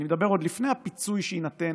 אני מדבר עוד לפני הפיצוי שיינתן